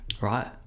Right